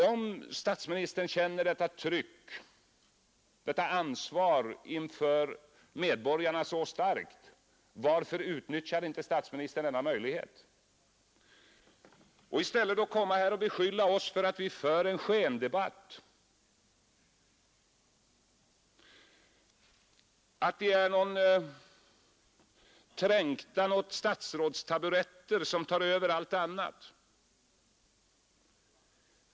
Om statsministern känner detta tryck, detta ansvar inför medborgarna så starkt, varför utnyttjade inte statsministern denna möjlighet? I stället beskyller han oss för att föra en skendebatt och säger att en trängtan mot statsrådstaburetterna tar över allt annat.